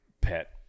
pet